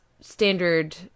standard